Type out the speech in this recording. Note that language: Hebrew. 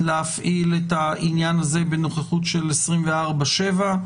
להפעיל את העניין הזה בנוכחות של 24/7,